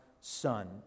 Son